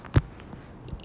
ஆமா:aamaa